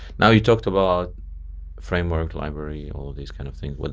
now you talked about framework library all of these kind of things.